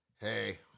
hey